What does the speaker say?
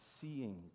seeing